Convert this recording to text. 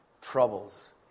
troubles